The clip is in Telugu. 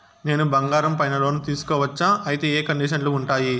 నేను బంగారం పైన లోను తీసుకోవచ్చా? అయితే ఏ కండిషన్లు ఉంటాయి?